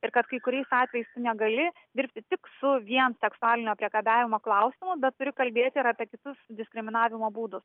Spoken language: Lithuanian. ir kad kai kuriais atvejais negali dirbti tik su vien seksualinio priekabiavimo klausimu bet turi kalbėti ir apie kitus diskriminavimo būdus